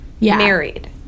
married